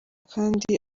kandi